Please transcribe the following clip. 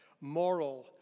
moral